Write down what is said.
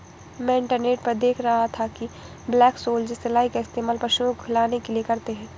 मैं इंटरनेट पर देख रहा था कि ब्लैक सोल्जर सिलाई का इस्तेमाल पशुओं को खिलाने के लिए करते हैं